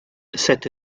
cette